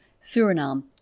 Suriname